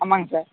ஆமாங்க சார்